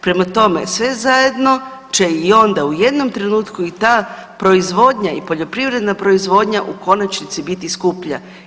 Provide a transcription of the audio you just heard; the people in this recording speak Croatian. Prema tome, sve zajedno će i onda u jednom trenutku i ta proizvodnja i poljoprivredna proizvodnja u konačnici biti skuplja.